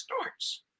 starts